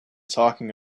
talking